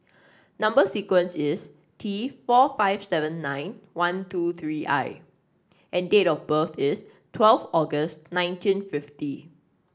number sequence is T four five seven nine one two three I and date of birth is twelve August nineteen fifty